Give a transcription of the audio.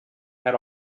had